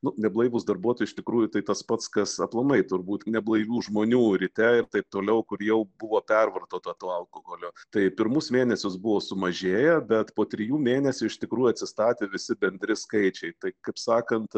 nu neblaivūs darbuotojai iš tikrųjų tai tas pats kas aplamai turbūt neblaivių žmonių ryte ir taip toliau kur jau buvo pervartota to alkoholio tai pirmus mėnesius buvo sumažėję bet po trijų mėnesių iš tikrųjų atsistatė visi bendri skaičiai tai kaip sakant